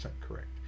correct